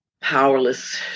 powerless